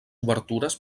obertures